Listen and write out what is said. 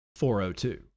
402